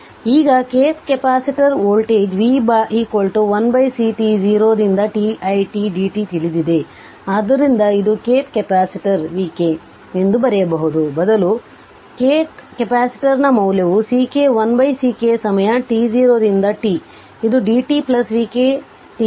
ಈಗ kth ಕೆಪಾಸಿಟರ್ಗೆ voltage v 1c t0 ರಿಂದ t it dt ತಿಳಿದಿದೆ ಆದ್ದರಿಂದ ಇದು kth ಕೆಪಾಸಿಟರ್ vk ಎಂದು ಬರೆಯುವ ಬದಲು ಮತ್ತು kth ಕೆಪಾಸಿಟರ್ನ ಮೌಲ್ಯವು Ck 1Ck ಸಮಯ t0 ರಿಂದ t ಇದು dt vk t0